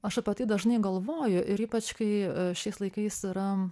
aš apie tai dažnai galvoju ir ypač kai šiais laikais yra